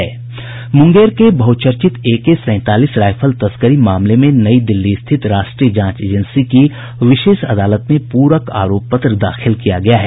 मुंगेर के बहुचर्चित एके सैंतालीस रायफल तस्करी मामले में नई दिल्ली स्थित राष्ट्रीय जांच एजेंसी की विशेष अदालत में पूरक आरोप पत्र दाखिल किया गया है